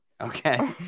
Okay